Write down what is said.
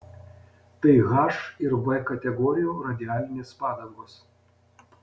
tai h ir v kategorijų radialinės padangos